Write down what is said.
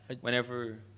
Whenever